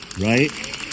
Right